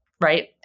right